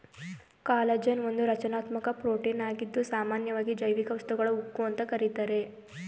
collagen ಒಂದು ರಚನಾತ್ಮಕ ಪ್ರೋಟೀನಾಗಿದ್ದು ಸಾಮನ್ಯವಾಗಿ ಜೈವಿಕ ವಸ್ತುಗಳ ಉಕ್ಕು ಅಂತ ಕರೀತಾರೆ